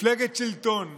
מפלגת שלטון,